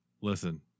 listen